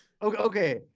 Okay